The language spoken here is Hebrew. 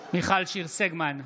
סגמן,